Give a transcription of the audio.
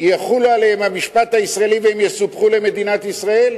יחול עליהם המשפט הישראלי והם יסופחו למדינת ישראל?